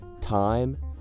time